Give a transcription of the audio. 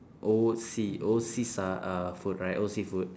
O C O C s~ uh food right O C food